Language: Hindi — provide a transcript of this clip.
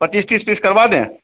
पचीस तीस पीस करवा दें